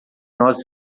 nós